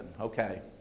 okay